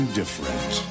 different